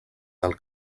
del